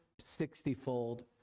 sixtyfold